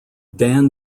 dan